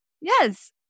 Yes